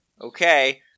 Okay